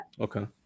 Okay